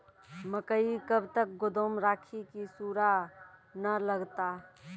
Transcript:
मकई कब तक गोदाम राखि की सूड़ा न लगता?